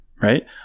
Right